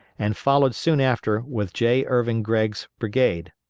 and followed soon after with j. irvin gregg's brigade.